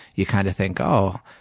you kind of think, oh,